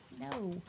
no